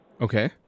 okay